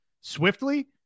swiftly